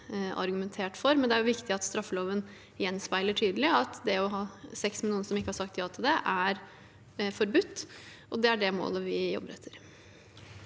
det er viktig at straffeloven gjenspeiler tydelig at det å ha sex med noen som ikke har sagt ja til det, er forbudt, og det er det målet vi jobber etter.